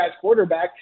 quarterback